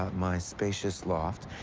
ah my spacious loft.